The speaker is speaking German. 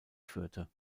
führte